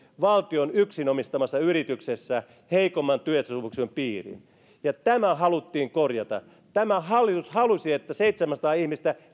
valtion yksin omistamassa yrityksessä heikomman työehtosopimuksen piiriin tämä haluttiin korjata tämä hallitus halusi että seitsemänsataa ihmistä